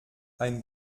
ein